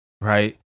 Right